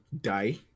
Die